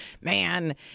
man